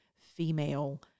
female